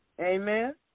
Amen